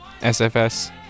SFS